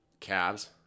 Cavs